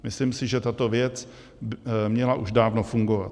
Myslím si, že tato věc měla už dávno fungovat.